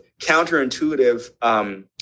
counterintuitive